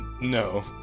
No